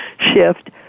shift